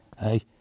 Hey